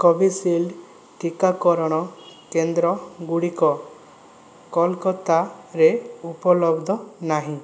Covishield ଟିକାକରଣ କେନ୍ଦ୍ରଗୁଡ଼ିକ କୋଲକାତାରେ ଉପଲବ୍ଧ ନାହିଁ